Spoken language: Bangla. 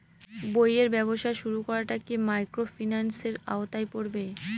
বইয়ের ব্যবসা শুরু করাটা কি মাইক্রোফিন্যান্সের আওতায় পড়বে?